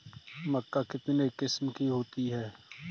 मक्का कितने किस्म की होती है?